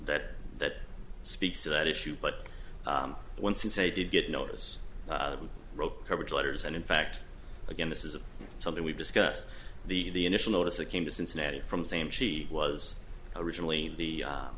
that that speaks to that issue but one since i did get notice row coverage letters and in fact again this is something we've discussed the initial notice that came to cincinnati from the same she was originally the